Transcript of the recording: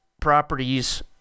properties